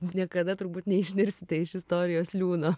niekada turbūt neišnirsite iš istorijos liūno